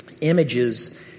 images